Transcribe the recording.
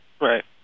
Right